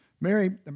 Mary